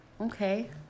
Okay